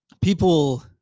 people